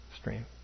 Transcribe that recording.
stream